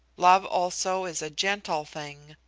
love also is a gentle thing,